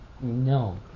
No